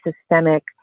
systemic